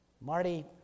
Marty